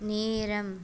நேரம்